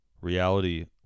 reality